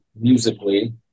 musically